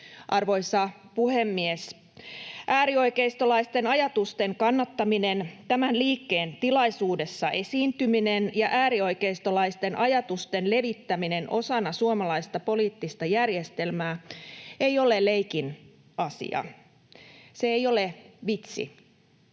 Arvoisa puhemies! Äärioikeistolaisten ajatusten kannattaminen, tämän liikkeen tilaisuudessa esiintyminen ja äärioikeistolaisten ajatusten levittäminen osana suomalaista poliittista järjestelmää ei ole leikin asia. Se ei ole vitsi.